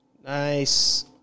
Nice